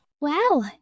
Wow